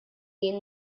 jien